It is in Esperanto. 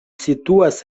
situas